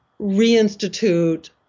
reinstitute